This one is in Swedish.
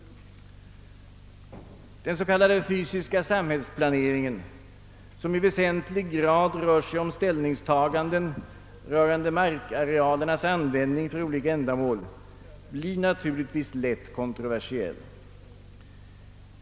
en, som i väsentlig grad rör sig om ställningstaganden beträffande markarealernas användning för olika ändamål, blir naturligtvis lätt kontroversiell.